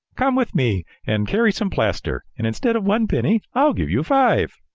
come with me and carry some plaster, and instead of one penny, i'll give you five.